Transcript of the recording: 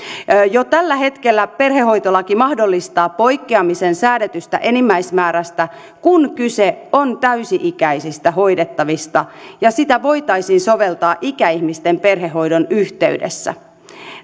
jo tällä hetkellä perhehoitolaki mahdollistaa poikkeamisen säädetystä enimmäismäärästä kun kyse on täysi ikäisistä hoidettavista ja sitä voitaisiin soveltaa ikäihmisten perhehoidon yhteydessä